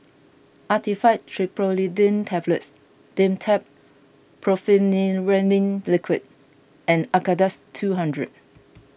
Actifed Triprolidine Tablets Dimetapp Brompheniramine Liquid and Acardust two hundred